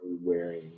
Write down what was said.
wearing